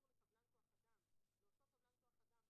זו הכוונה של